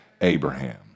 Abraham